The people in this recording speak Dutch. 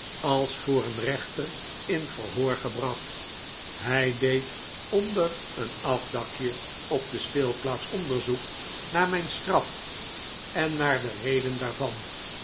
als voor een rechter in verhoor gebracht hij deed onder een afdakje op de speelplaats onderzoek naar mijn straf en naar de redenen daarvan